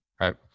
right